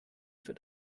für